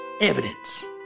evidence